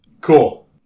Cool